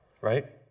Right